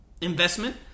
investment